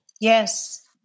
Yes